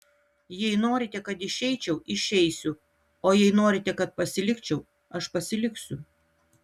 jei norite kad išeičiau išeisiu o jei norite kad pasilikčiau aš pasiliksiu